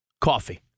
coffee